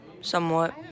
Somewhat